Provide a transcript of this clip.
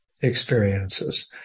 experiences